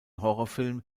horrorfilm